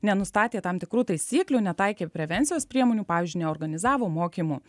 nenustatė tam tikrų taisyklių netaikė prevencijos priemonių pavyzdžiui neorganizavo mokymų